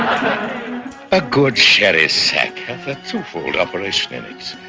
um a good sheriff said to hold up and phoenix,